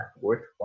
worthwhile